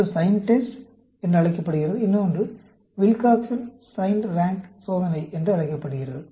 ஒன்று சைன் சோதனை என்று அழைக்கப்படுகிறது மற்றொன்று வில்காக்சன் சைன்ட் ரான்க் சோதனை என்று அழைக்கப்படுகிறது